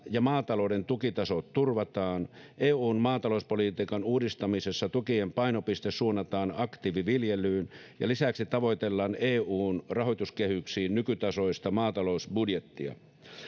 ja maatalouden tukitaso turvataan eun maatalouspolitiikan uudistamisessa tukien painopiste suunnataan aktiiviviljelyyn ja lisäksi tavoitellaan eun rahoituskehyksiin nykytasoista maatalousbudjettia